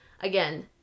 again